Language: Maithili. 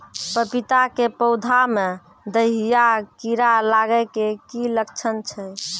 पपीता के पौधा मे दहिया कीड़ा लागे के की लक्छण छै?